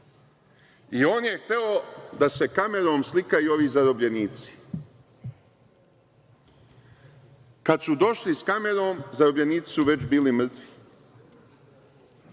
On je hteo da se kamerom slikaju i ovi zarobljenici. Kad su došli s kamerom, zarobljenici su već bili mrtvi